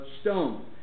stone